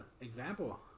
example